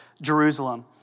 Jerusalem